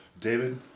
David